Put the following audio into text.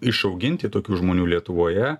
išauginti tokių žmonių lietuvoje